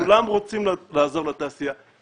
כולם רוצים לעזור לתעשייה,